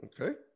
Okay